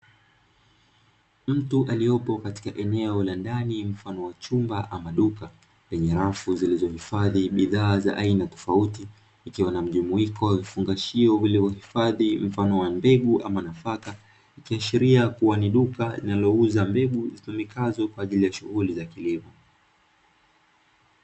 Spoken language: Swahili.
Mtu aliyepo katika eneo la ndani mfano wa chumba ama duka lenye rafu zilizohifadhi bidhaa za aina tofauti, ikiwa na mjumuiko wa vifungashio vilivyohifadhi mfano wa mbegu ama nafaka, ikiashiria kuwa ni duka linalouza mbegu zitumikazo kwa ajili ya shughuli za kilimo.